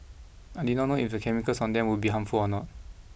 I did not know if the chemicals on them would be harmful or not